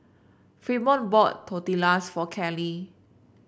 Fremont bought Tortillas for Kelly